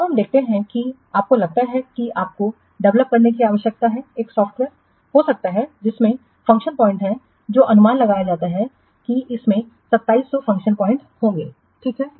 अब हम देखते हैं कि आपको लगता है कि आपको डेवलप करने की आवश्यकता है एक सॉफ्टवेयर हो सकता है जिसमें फ़ंक्शन बिंदु हैं जो अनुमान लगाया जाता है कि इसमें 2700 फ़ंक्शन बिंदु होंगे ठीक है